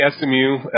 SMU